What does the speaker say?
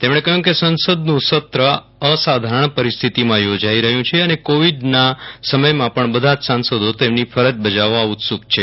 તેમણે કહ્યું કે સંસદનું સત્ર અસાધારણ પરિસ્થિતિમાં યોજાઈ રહ્યું છે અને કોવિડના સમયમાં પણ બધા જ સાંસદો તેમની ફરજ બજાવવા ઉત્સુક છે